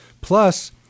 Plus